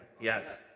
yes